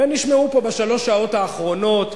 והם נשמעו פה בשלוש השעות האחרונות,